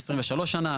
23 שנה.